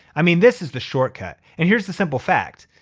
i mean, this is the shortcut. and here's the simple fact,